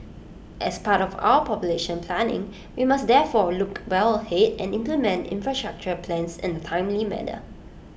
as part of our population planning we must therefore look well ahead and implement infrastructure plans in A timely manner